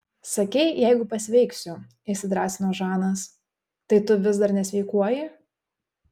sakei jeigu pasveiksiu įsidrąsino žanas tai tu vis dar nesveikuoji